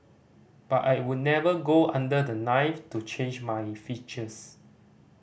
but I would never go under the knife to change my features